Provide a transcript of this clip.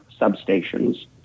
substations